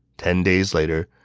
ten days later,